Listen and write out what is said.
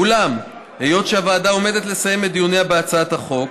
אולם היות שהוועדה עומדת לסיים את דיוניה בהצעת החוק,